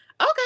Okay